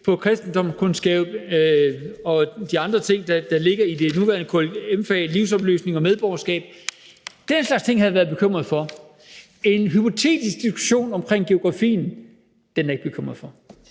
på kristendomskundskab og de andre ting, der ligger i det nuværende KLM-fag, altså livsoplysning og medborgerskab. Den slags ting havde jeg været bekymret for. En hypotetisk diskussion om geografien er jeg ikke bekymret for.